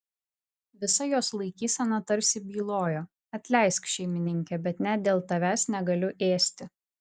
visa jos laikysena tarsi bylojo atleisk šeimininke bet net dėl tavęs negaliu ėsti